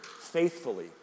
faithfully